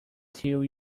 till